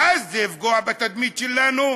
ואז זה יפגע בתדמית שלנו.